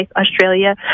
Australia